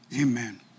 amen